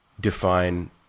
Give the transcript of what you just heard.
define